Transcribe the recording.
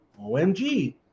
OMG